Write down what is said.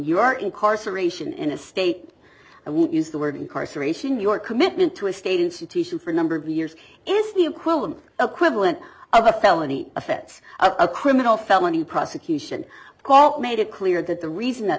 your incarceration in a state i won't use the word incarceration your commitment to a state institution for a number of years is the equivalent of a quibble and a felony if it's a criminal felony prosecution call made it clear that the reason that